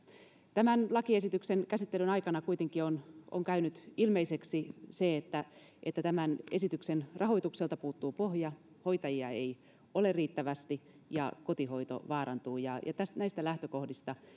tämän lakiesityksen käsittelyn aikana on kuitenkin käynyt ilmeiseksi se että että tämän esityksen rahoitukselta puuttuu pohja hoitajia ei ole riittävästi ja kotihoito vaarantuu näistä lähtökohdista